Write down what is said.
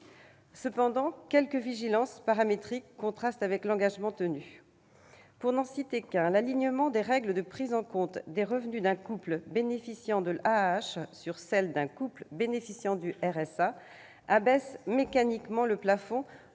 Cependant, quelques ajustements paramétriques contrastent avec l'engagement tenu. Pour n'en citer qu'un, l'alignement des règles de prise en compte des revenus d'un couple bénéficiant de l'AAH sur celles d'un couple touchant le RSA abaisse mécaniquement le plafond